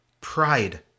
pride